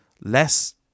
less